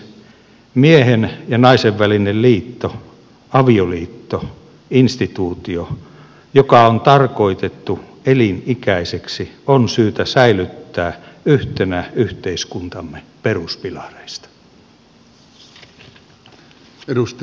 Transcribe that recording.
miehen ja naisen välinen liitto avioliitto instituutio joka on tarkoitettu elinikäiseksi on syytä säilyttää yhtenä yhteiskuntamme peruspilareista